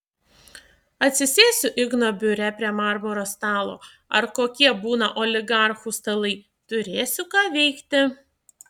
atsisėsiu igno biure prie marmuro stalo ar kokie būna oligarchų stalai turėsiu ką veikti